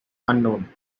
unknown